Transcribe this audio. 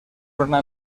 una